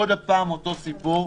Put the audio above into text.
עוד פעם אותו סיפור.